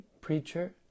preacher